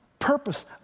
purpose